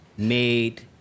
made